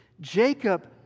Jacob